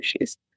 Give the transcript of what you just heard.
issues